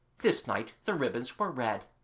this night the ribbons were red,